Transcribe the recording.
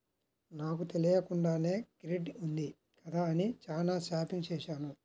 నాకు తెలియకుండానే క్రెడిట్ ఉంది కదా అని చానా షాపింగ్ చేశాను